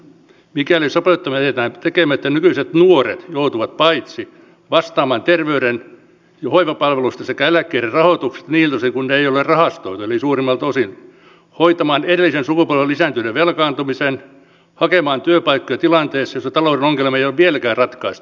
mikäli sopeuttaminen jätetään tekemättä nykyiset nuoret joutuvat paitsi vastaamaan terveys ja hoivapalveluista sekä eläkkeiden rahoituksesta niiltä osin kuin ne eivät ole rahastoituja eli suurimmalta osin myös hoitamaan edellisen sukupolven lisääntyneen velkaantumisen hakemaan työpaikkoja tilanteessa jossa talouden ongelmaa ei ole vieläkään ratkaistu